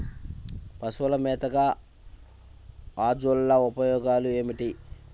పశువుల మేతగా అజొల్ల ఉపయోగాలు ఏమిటి?